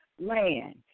land